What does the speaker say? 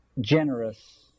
generous